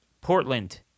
Portland